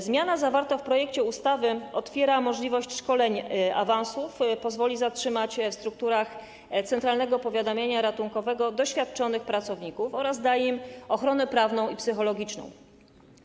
Zmiana zawarta w projekcie ustawy otwiera możliwość szkoleń i awansów, pozwala zatrzymać w strukturach centralnego powiadamiania ratunkowego doświadczonych pracowników oraz daje im prawną i psychologiczną ochronę.